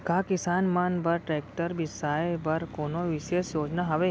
का किसान मन बर ट्रैक्टर बिसाय बर कोनो बिशेष योजना हवे?